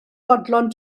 fodlon